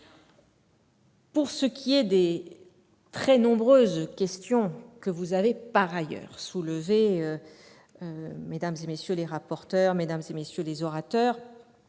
Pour ce qui est des très nombreuses questions que vous avez par ailleurs soulevées, mesdames, messieurs les rapporteurs, mesdames, messieurs les orateurs,